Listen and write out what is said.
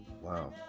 Wow